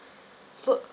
so